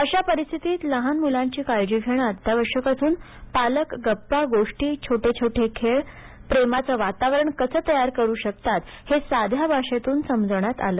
अशा या परीस्थितीत लहान मूलांची काळजी घेणं अत्यावश्यक असून पालक गप्पा गोष्टी छोटे छोटे खेळ प्रेमाचं वातावरण कसं तयार करू शकतात हे साध्या भाषेतून समजावण्यात आलं